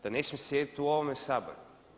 Da ne smije sjediti u ovome Saboru?